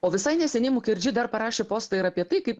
o visai neseniai mukerdži dar parašė postą ir apie tai kaip